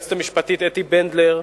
ליועצת המשפטית אתי בנדלר,